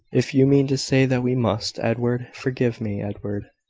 if you mean to say that we must. edward! forgive me, edward!